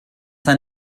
sai